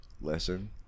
lesson